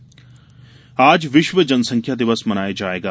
जनसंख्या दिवस आज विश्व जनसंख्या दिवस मनाया जायेगा